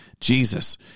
Jesus